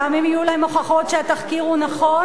גם אם יהיו להם הוכחות שהתחקיר הוא נכון,